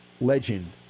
legend